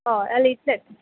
हय जाले इतलेंत